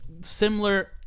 similar